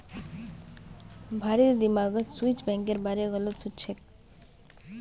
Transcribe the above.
भारिर दिमागत स्विस बैंकेर बारे गलत सोच छेक